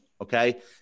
okay